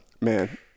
man